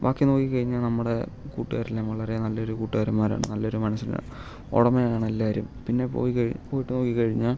ബാക്കി നോക്കിക്കഴിഞ്ഞാൽ നമ്മുടെ കൂട്ടുകാരെല്ലാം വളരെ നല്ലൊരു കൂട്ടുകാരന്മാരാണ് നല്ലൊരു മനസ്സിന് ഉടമയാണ് എല്ലാവരും പിന്നെ പോയി ക പോയിട്ട് നോക്കിക്കഴിഞ്ഞാൽ